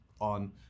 on